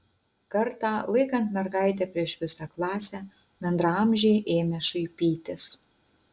kartą laikant mergaitę prieš visą klasę bendraamžiai ėmė šaipytis